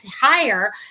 higher